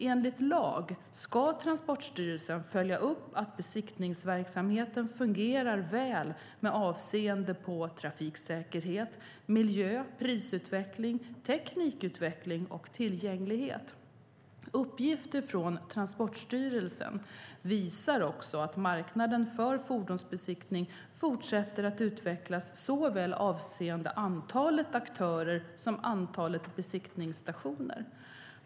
Enligt lag ska Transportstyrelsen följa upp att besiktningsverksamheten fungerar väl med avseende på trafiksäkerhet, miljö, prisutveckling, teknikutveckling och tillgänglighet. Uppgifter från Transportstyrelsen visar också att marknaden för fordonsbesiktning fortsätter att utvecklas såväl avseende antalet aktörer som antalet besiktningsstationer.